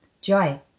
Joy